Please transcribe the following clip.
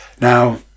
Now